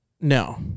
No